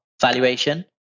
valuation